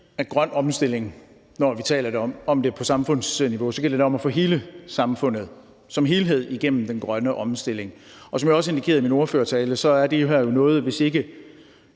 til grøn omstilling, når vi taler om det på samfundsniveau, gælder om at få samfundet som helhed igennem den grønne omstilling. Og som jeg også indikerede i min ordførertale, er det her jo noget, hvor det